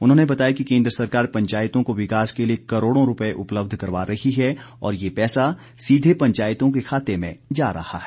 उन्होंने बताया कि केंद्र सरकार पंचायतों को विकास के लिए करोड़ों रुपए उपलब्ध करवा रही है और यह पैसा सीधे पंचायतों के खाते में जा रहा है